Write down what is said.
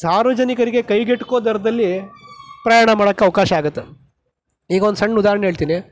ಸಾರ್ವಜನಿಕರಿಗೆ ಕೈಗೆ ಎಟುಕೋ ದರದಲ್ಲಿ ಪ್ರಯಾಣ ಮಾಡೋಕ್ಕೆ ಅವಕಾಶ ಆಗತ್ತೆ ಈಗ ಒಂದು ಸಣ್ಣ ಉದಾಹರಣೆ ಹೇಳ್ತೀನಿ